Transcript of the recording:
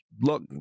look